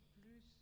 plus